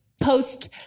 post